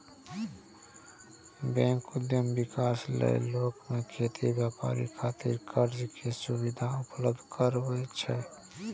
bank उद्यम विकास लेल लोक कें खेती, व्यापार खातिर कर्ज के सुविधा उपलब्ध करबै छै